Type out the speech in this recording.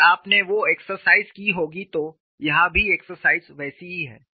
अगर आपने वो एक्सरसाइज की होगी तो यहां भी एक्सरसाइज वैसी ही है